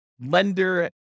lender